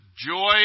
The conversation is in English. joy